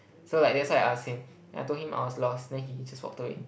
so like that's why I asked him and I told him I was lost then he just walked away